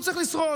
הוא צריך לשרוד,